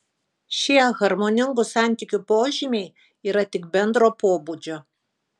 šie harmoningų santykių požymiai yra tik bendro pobūdžio